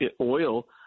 oil